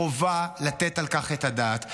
חובה לתת על כך את הדעת.